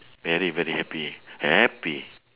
very very happy happy